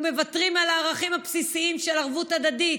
ומוותרים על הערכים הבסיסיים של ערבות הדדית,